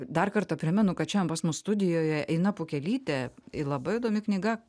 dar kartą primenu kad šiandien pas mus studijoje ina pukelytė į labai įdomi knyga